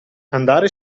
andare